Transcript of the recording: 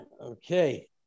Okay